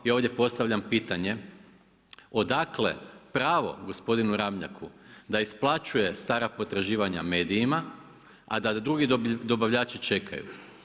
Ja ovdje postavljam pitanje odakle pravo gospodinu Ramljaku da isplaćuje stara potraživanja medijima a da drugi dobavljači čekaju?